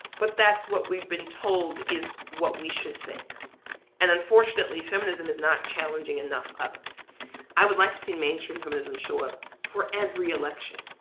but that's what we've been told is what we should think and unfortunately, feminism is not challenging enough of it i would like to see mainstream feminism show up for every election,